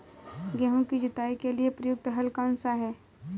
गेहूँ की जुताई के लिए प्रयुक्त हल कौनसा है?